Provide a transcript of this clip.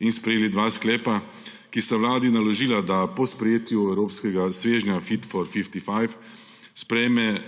in sprejeli dva sklepa, ki sta Vladi naložila, da po sprejetju evropskega svežnja Fit for 55 sprejme